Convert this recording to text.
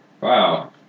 wow